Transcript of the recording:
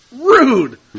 Rude